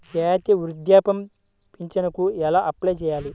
జాతీయ వృద్ధాప్య పింఛనుకి ఎలా అప్లై చేయాలి?